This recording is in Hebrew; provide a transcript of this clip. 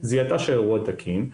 זיהתה שהאירוע תקין,